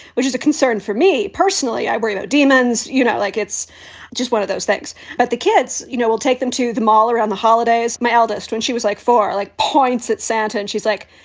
which is a concern for me personally. i worry about demons. you know, like it's just one of those things that the kids, you know, we'll take them to the mall around the holidays. my oldest when she was like four like points at santa and she's like,